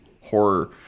horror